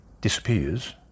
disappears